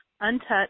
untouched